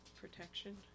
protection